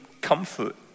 comfort